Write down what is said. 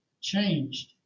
changed